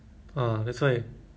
ah that's why